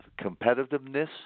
competitiveness